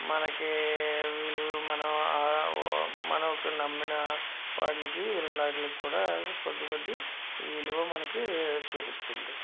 మనకి విలువ మనం ఆ ఉ మనం ఒక్క నమ్మిన వాటికి రెండాట్లకి కూడా కొద్దికొద్ది విలువ మనకి చూపిస్తుంది